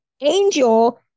Angel